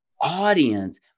audience